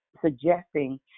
suggesting